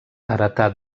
heretà